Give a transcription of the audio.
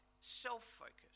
self-focused